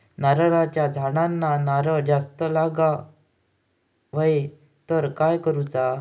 नारळाच्या झाडांना नारळ जास्त लागा व्हाये तर काय करूचा?